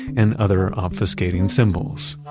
and other obfuscating symbols.